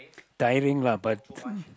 tiring lah but